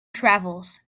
travels